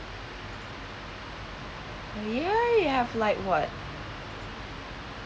oh ya you have like what